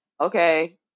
okay